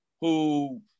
who-